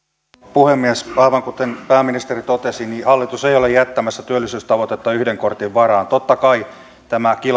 puhemies aivan kuten pääministeri totesi hallitus ei ole jättämässä työllisyystavoitetta yhden kortin varaan totta kai tämä